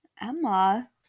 Emma